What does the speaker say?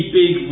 big